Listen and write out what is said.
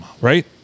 right